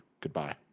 Goodbye